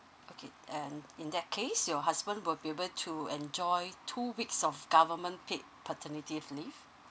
okay and in that case your husband will be able to enjoy two weeks of government paid paternity leave